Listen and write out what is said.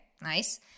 Nice